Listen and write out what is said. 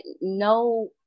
no